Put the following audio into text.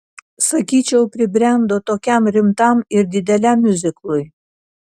sakyčiau pribrendo tokiam rimtam ir dideliam miuziklui